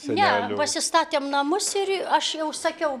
ne pasistatėm namus ir aš jau sakiau